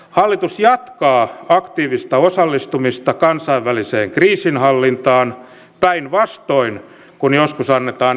hallitus jatkaa aktiivista osallistumista kansainväliseen kriisinhallintaan päinvastoin kuin joskus annetaan ymmärtää